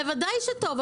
בוודאי שטוב.